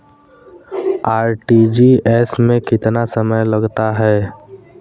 RTGS में कितना समय लगता है?